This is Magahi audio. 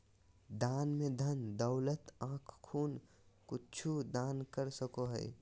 दान में धन दौलत आँख खून कुछु दान कर सको हइ